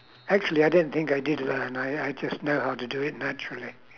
actually I don't think I did learn I I just know how to do it naturally